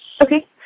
Okay